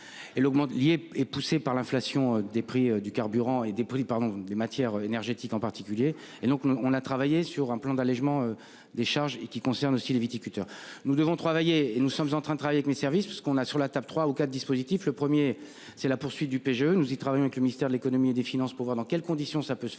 Et l'liée et poussés par l'inflation des prix du carburant et des produits pardon des matières énergétiques en particulier et donc on on a travaillé sur un plan d'allégement des charges et qui concerne aussi les viticulteurs. Nous devons travailler et nous sommes en train, travaille avec les services tout ce qu'on a sur la table trois ou quatre dispositif le 1er c'est la poursuite du PGE. Nous y travaillons avec le ministère de l'Économie et des finances pour voir dans quelles conditions, ça peut se faire,